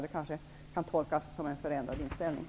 Det kan kanske tolkas som en förändrad inställning.